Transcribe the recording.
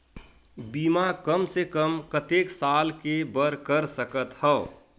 बीमा कम से कम कतेक साल के बर कर सकत हव?